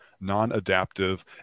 non-adaptive